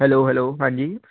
hello hello ਹਾਂਜੀ